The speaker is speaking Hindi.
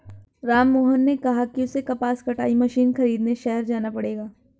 राममोहन ने कहा कि उसे कपास कटाई मशीन खरीदने शहर जाना पड़ेगा